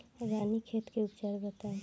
रानीखेत के उपचार बताई?